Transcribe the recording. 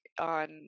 on